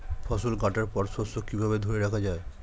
ফসল কাটার পর শস্য কিভাবে ধরে রাখা য়ায়?